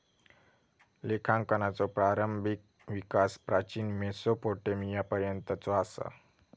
लेखांकनाचो प्रारंभिक विकास प्राचीन मेसोपोटेमियापर्यंतचो असा